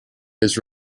his